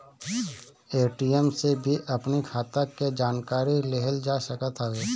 ATM से भी अपनी खाता के जानकारी लेहल जा सकत हवे